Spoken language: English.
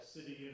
City